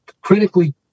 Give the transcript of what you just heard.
critically